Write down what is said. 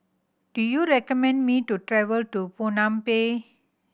do you recommend me to travel to Phnom Penh